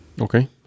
Okay